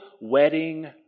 wedding